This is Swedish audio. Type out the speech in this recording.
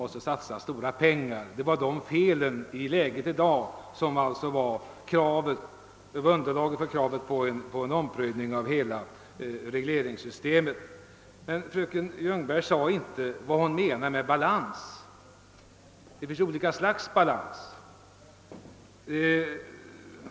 Dessa var de nackdelar i dagens läge som utgjorde underlag för kravet på en omprövning av hela regleringssystemet. Fröken Ljungberg sade emellertid inte vad hon menar med balans. Det finns ju olika slags balans.